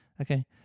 Okay